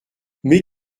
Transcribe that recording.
mais